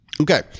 Okay